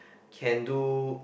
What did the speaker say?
can do